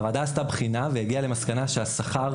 הוועדה עשתה בחינה והגיעה למסקנה שהשכר